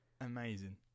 Amazing